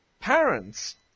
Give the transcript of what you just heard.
Parents